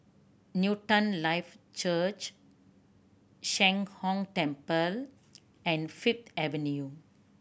Newton Life Church Sheng Hong Temple and Fifth Avenue